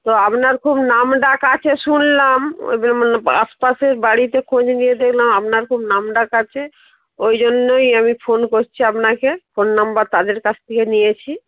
তো আপনার খুব নাম ডাক আছে শুনলাম আশপাশের বাড়িতে খোঁজ নিয়ে দেখলাম আপনার খুব নাম ডাক আছে ওই জন্যই আমি ফোন করছি আপনাকে ফোন নাম্বার তাদের কাছ থেকে নিয়েছি